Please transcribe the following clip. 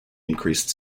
increased